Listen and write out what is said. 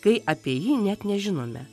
kai apie jį net nežinome